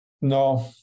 No